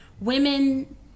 women